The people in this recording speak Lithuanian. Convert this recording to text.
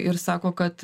ir sako kad